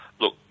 look